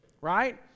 right